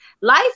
Life